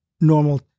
normal